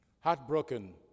heartbroken